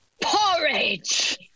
Porridge